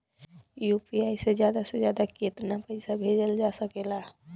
UPI से ज्यादा से ज्यादा केतना पईसा भेजल जा सकेला?